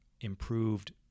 improved